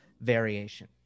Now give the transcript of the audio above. variation